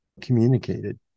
communicated